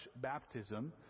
baptism